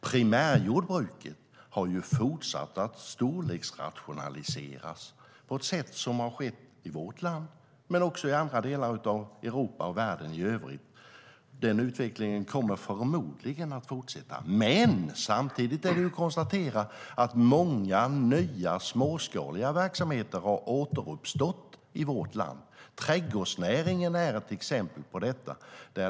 Primärjordbruket har fortsatt att stordriftsrationaliseras på ett sätt som har skett i vårt land men också i andra delar av Europa och i världen i övrigt. Den utvecklingen kommer förmodligen att fortsätta. Samtidigt kan vi konstatera att många nya småskaliga verksamheter har återuppstått i vårt land. Trädgårdsnäringen är ett exempel på detta.